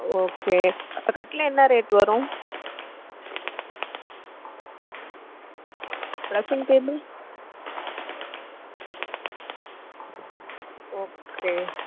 okay இப்போ கட்டிலு என்ன ரேட் வரும் ட்ரெஸ்ஸிங் டேபிள் ஓகே